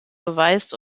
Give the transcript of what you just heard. beweist